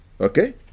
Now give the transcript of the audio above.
Okay